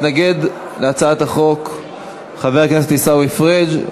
מתנגד להצעת החוק חבר הכנסת עיסאווי פריג'.